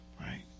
Right